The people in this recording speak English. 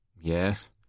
yes